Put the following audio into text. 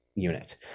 unit